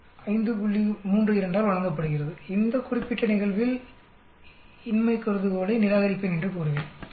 32 ஆல் வழங்கப்படுகிறது நான் F அட்டவணை மதிப்பை கணக்கிடப்பட்ட F மதிப்புடன் ஒப்பிடுகிறேன் இந்த குறிப்பிட்ட நிகழ்வில் இன்மை கருதுகோளை நிராகரிப்பேன் என்று கூறுவேன்